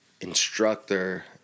instructor